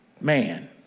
man